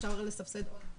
אפשר לסבסד עוד עובדים בשכר.